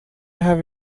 have